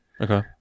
okay